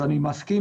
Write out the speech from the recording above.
אני מסכים,